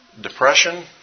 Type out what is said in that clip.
Depression